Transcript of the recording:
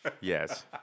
Yes